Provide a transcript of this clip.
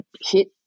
hit